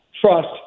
trust